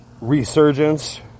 resurgence